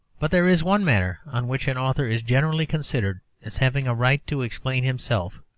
but there is one matter on which an author is generally considered as having a right to explain himself,